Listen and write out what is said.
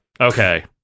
Okay